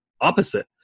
opposite